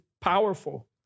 powerful